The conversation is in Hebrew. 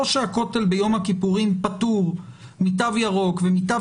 או שהכותל ביום הכיפורים פטור מתו ירוק ומתו